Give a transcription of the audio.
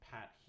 Pat